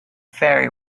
ferry